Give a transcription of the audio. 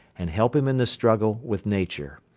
and help him in the struggle with nature.